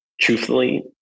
truthfully